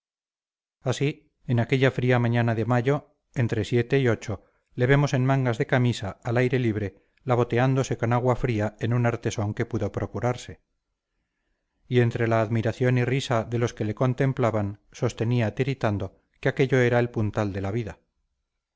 así en aquella fría mañana de mayo entre siete y ocho le vemos en mangas de camisa al aire libre lavoteándose con agua fría en un artesón que pudo procurarse y entre la admiración y risa de los que le contemplaban sostenía tiritando que aquello era el puntal de la vida